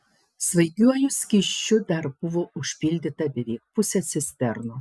svaigiuoju skysčiu dar buvo užpildyta beveik pusė cisternos